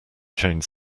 change